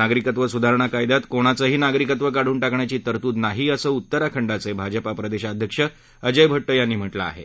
नागरिकत्व सुधारणा कायद्यात कोणाचंही नागरिकत्व काढून टाकण्याची तरतूद नाही असं उत्तराखंडाच भीजपा प्रदर्शाध्यक्ष अजय भट्ट यांनी म्हटलं आहा